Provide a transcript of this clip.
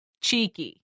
Cheeky